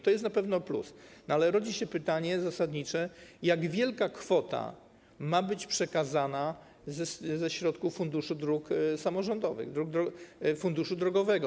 To jest na pewno plus, ale rodzi się pytanie zasadnicze, jak wielka kwota ma być przekazana ze środków funduszu dróg samorządowych, funduszu drogowego.